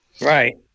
Right